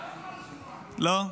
לא.